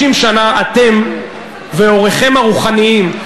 50 שנה אתם והוריכם הרוחניים,